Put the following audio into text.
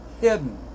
hidden